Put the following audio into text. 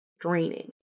draining